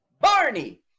Barney